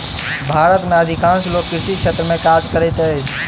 भारत में अधिकांश लोक कृषि क्षेत्र में काज करैत अछि